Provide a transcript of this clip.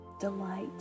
Delight